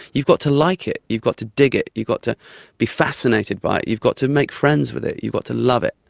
you've got to like it, you've got to dig it, you've got to be fascinated by it, you've got to make friends with it, you've got to love it.